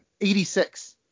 86